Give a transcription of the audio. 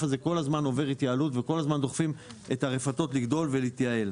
הזה כל הזמן עובר התייעלות וכל הזמן דוחפים את הרפתות לגדול ולהתייעל.